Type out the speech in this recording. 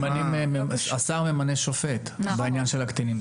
השר ממנה שופט בעניין של הקטינים.